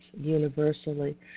universally